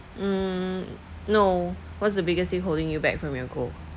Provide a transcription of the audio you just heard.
mm no what's the biggest thing holding you back from your goal